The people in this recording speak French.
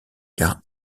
car